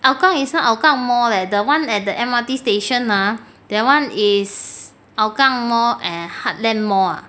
hougang is not hougang mall leh the [one] at the M_R_T station ah that [one] is hougang mall and heartland mall ah